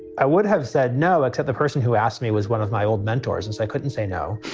i would have said no to the person who asked me was one of my old mentors. and i couldn't say no.